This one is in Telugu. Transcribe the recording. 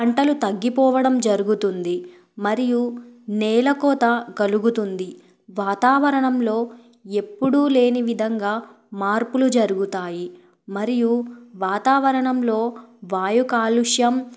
పంటలు తగ్గిపోవడం జరుగుతుంది మరియు నేల కోత కలుగుతుంది వాతావరణంలో ఎప్పుడూ లేని విధంగా మార్పులు జరుగుతాయి మరియు వాతావరణంలో వాయు కాలుష్యం